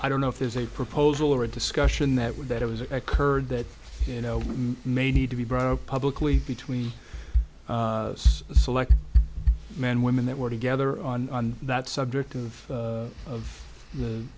i don't know if there's a proposal or a discussion that would that it was occurred that you know may need to be brought up publicly between the select men women that were together on that subject of of the